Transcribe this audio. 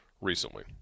recently